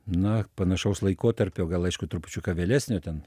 na panašaus laikotarpio gal aišku trupučiuką vėlesnio ten